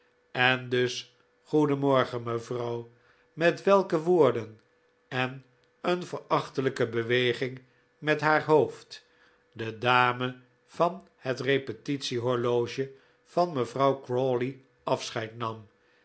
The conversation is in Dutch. en dus goeden morgen mevrouw met welke woorden en een verachtelijke beweging met haar hoofd de dame van het repetitie horloge van mevrouw crawley afscheid nam